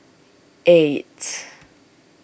eight